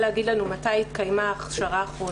להגיד לנו מתי התקיימה ההכשרה האחרונה.